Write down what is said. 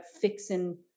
fixing